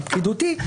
הפקידותי,